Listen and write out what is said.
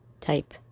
type